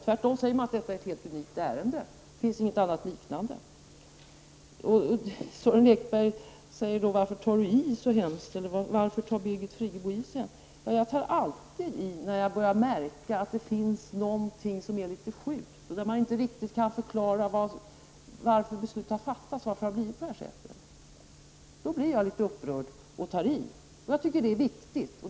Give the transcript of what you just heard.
Tvärtom säger man att detta är ett helt unikt ärende, att det inte finns något annat liknande. Sören Lekberg frågar varför jag tar i så väldigt. Ja, jag tar alltid i när jag börjar märka att det finns någonting som är litet sjukt och man inte riktigt kan förklara varför beslut har fattats, varför det har blivit på detta sätt. Då blir jag litet upprörd och tar i. Jag tycker att det är viktigt.